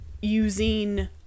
using